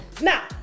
Now